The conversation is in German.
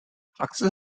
axel